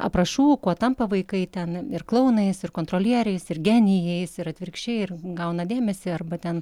aprašų kuo tampa vaikai ten ir klounais ir kontrolieriais ir genijais ir atvirkščiai ir gauna dėmesį arba ten